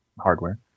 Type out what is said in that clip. hardware